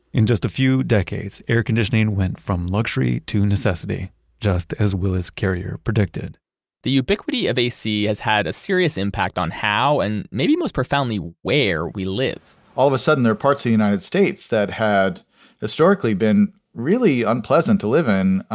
in just a few decades, air conditioning went from luxury to necessity just as willis carrier predicted the ubiquity of ac has had a serious impact on how and maybe most profoundly where we live all of a sudden there are parts of the united states that had historically been really unpleasant to live in,